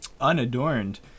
Unadorned